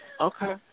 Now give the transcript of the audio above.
Okay